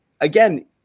again